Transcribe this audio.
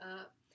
up